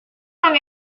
con